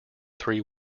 three